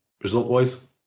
result-wise